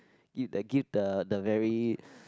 if they give the the very